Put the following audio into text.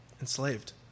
Enslaved